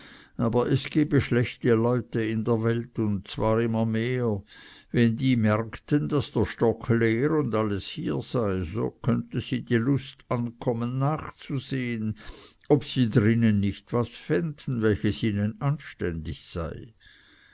aber es gebe schlechte leute in der welt und zwar immer mehr wenn die merkten daß der stock leer und alles hier sei so könne sie die lust ankommen nachzusehen ob sie drinnen nicht was fänden welches ihnen anständig sei